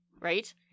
right